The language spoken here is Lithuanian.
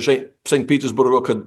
žai sen pytesburgo kad